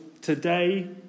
today